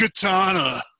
katana